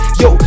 yo